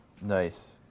Nice